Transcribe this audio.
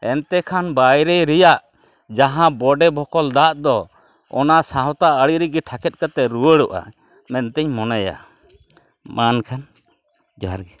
ᱮᱱᱛᱮ ᱠᱷᱟᱱ ᱵᱟᱭᱨᱮ ᱨᱮᱭᱟᱜ ᱡᱟᱦᱟᱸ ᱵᱚᱰᱮ ᱵᱚᱠᱚᱞ ᱫᱟᱜ ᱫᱚ ᱚᱱᱟ ᱥᱟᱶᱛᱟ ᱟᱹᱨᱤᱨᱮᱜᱮ ᱴᱷᱟᱠᱮᱫ ᱠᱟᱛᱮ ᱨᱩᱣᱟᱹᱲᱚᱜᱼᱟ ᱢᱮᱱᱛᱮᱧ ᱢᱚᱱᱮᱭᱟ ᱢᱟᱱ ᱮᱱᱠᱷᱟᱱ ᱡᱚᱦᱟᱨ ᱜᱮ